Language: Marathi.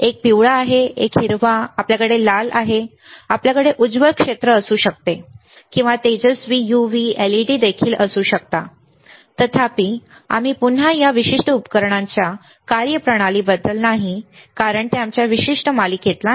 एक पिवळा आहे एक हिरवा आहे आपल्याकडे लाल असू शकतो आपल्याकडे उज्ज्वल क्षेत्र असू शकते किंवा तेजस्वी UV LEDS देखील असू शकतात तथापि आम्ही पुन्हा या विशिष्ट उपकरणांच्या कार्यप्रणालीबद्दल नाही कारण ते आमच्या विशिष्ट मालिकेतला नाही